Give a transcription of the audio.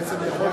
בעצם אתה יכול.